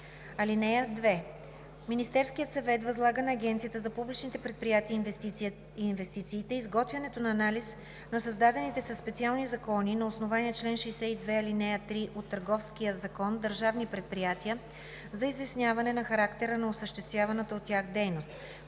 (2) Министерският съвет възлага на Агенцията за публичните предприятия и контрол изготвянето на анализ на създадените със специални закони на основание чл. 62, ал. 3 от Търговския закон държавни предприятия за изясняване на характера на осъществяваната от тях дейност